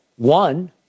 One